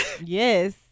Yes